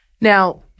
Now—